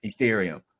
Ethereum